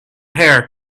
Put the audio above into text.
hair